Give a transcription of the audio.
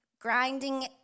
grinding